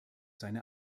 seine